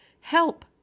Help